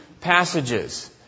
passages